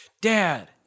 Dad